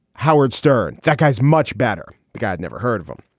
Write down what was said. howard stern. that guy's much better. the guys never heard of him.